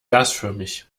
gasförmig